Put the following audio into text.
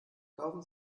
kaufen